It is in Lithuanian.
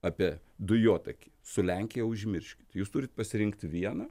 apie dujotakį su lenkija užmirškit jūs turit pasirinkt vieną